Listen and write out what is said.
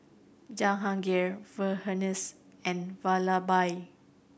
Jahangir Verghese and Vallabhbhai